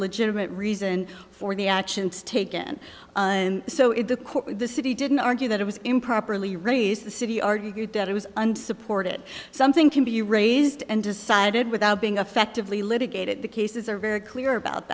legitimate reason for the actions taken and so if the court the city didn't argue that it was improperly raised the city argued that it was unsupported something can be raised and decided without being affectively litigated the cases are very clear about